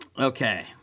Okay